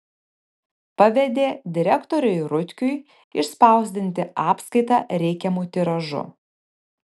pavedė direktoriui rutkiui išspausdinti apskaitą reikiamu tiražu